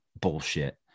bullshit